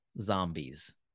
zombies